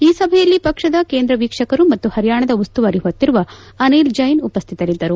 ಈ ಸಭೆಯಲ್ಲಿ ಪಕ್ಷದ ಕೇಂದ್ರ ವೀಕ್ಷಕರು ಮತ್ತು ಹರಿಯಾಣದ ಉಸ್ತುವಾರಿ ಹೊತ್ತಿರುವ ಅನಿಲ್ ಜೈನ್ ಉಪಸ್ಥಿತರಿದ್ದರು